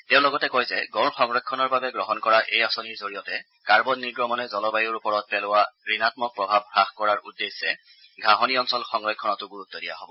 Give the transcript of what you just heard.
তেওঁ লগতে কয় যে গঁড় সংৰক্ষণৰ বাবে গ্ৰহণ কৰা এই আঁচনিৰ জৰিয়তে কাৰ্বন নিৰ্গমণে জলবায়ুৰ ওপৰত পেলোৱা ঋণামক প্ৰভাৱ হাস কৰাৰ উদ্দেশ্যে ঘাঁহনি অঞ্চল সংৰক্ষণতো গুৰুত্ব দিয়া হ'ব